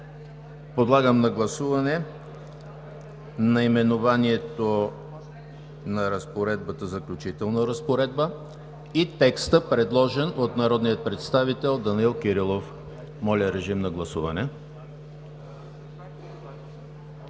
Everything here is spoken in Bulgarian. Подлагам на гласуване наименованието на разпоредбата „Заключителна разпоредба“ и текста, предложен от народния представител Данаил Кирилов. Гласували